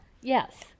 Yes